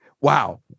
Wow